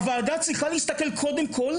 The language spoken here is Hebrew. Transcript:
הוועדה צריכה להסתכל קודם כול,